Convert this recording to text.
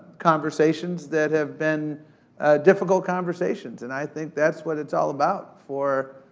conversations that have been difficult conversations. and i think that's what it's all about for